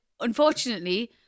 unfortunately